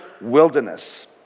wilderness